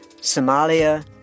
Somalia